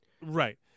Right